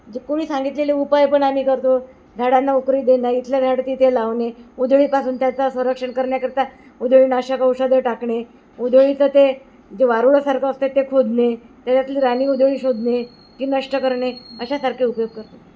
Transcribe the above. जे कोणी सांगितलेले उपाय पण आम्ही करतो झाडांना उकरी देणं इथलं झाड तिथे लावणे उधळीपासून त्याचा संरक्षण करण्याकरता उधळीनाशक औषधं टाकणे उधळीचं ते जे वारूळासारखं असते ते खोदणे त्याच्यातली राणी उधळी शोधणे की नष्ट करणे अशासारखे उपयोग करतो